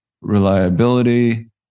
reliability